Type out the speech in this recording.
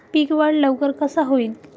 पीक वाढ लवकर कसा होईत?